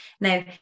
Now